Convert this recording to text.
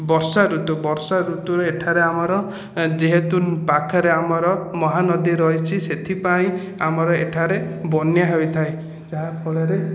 ବର୍ଷାଋତୁ ବର୍ଷାଋତୁରେ ଏଠାରେ ଆମର ଯେହେତୁ ପାଖେରେ ଆମର ମହାନଦୀ ରହିଛି ସେଥିପାଇଁ ଆମର ଏଠାରେ ବନ୍ୟା ହୋଇଥାଏ ଯାହାଫଳରେ